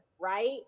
right